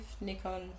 Nikon